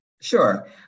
Sure